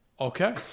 Okay